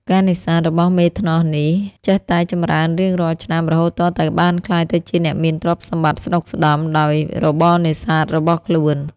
ការនេសាទ របស់មេធ្នស់នេះ ចេះតែចម្រើនរៀងរាល់ឆ្នាំ រហូតទាល់តែបានក្លាយទៅជាអ្នកមានទ្រព្យសម្បត្តិស្តុកស្តម្ភ ដោយរបរនេសាទរបស់ខ្លួន។